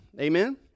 Amen